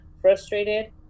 frustrated